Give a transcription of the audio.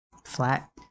flat